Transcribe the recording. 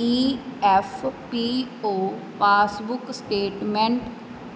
E F P O passbook statement